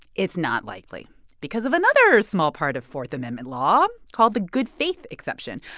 it's not likely because of another small part of fourth amendment law called the good faith exception,